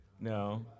No